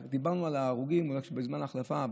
דיברנו על ההרוגים בזמן ההחלפה,